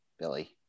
Billy